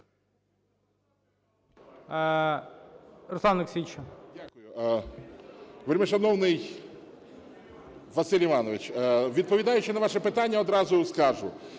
відповідаючи на ваше питання, одразу скажу,